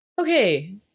Okay